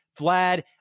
Vlad